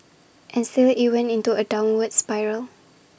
and still IT went into A downward spiral